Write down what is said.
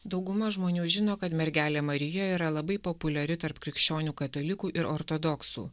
dauguma žmonių žino kad mergelė marija yra labai populiari tarp krikščionių katalikų ir ortodoksų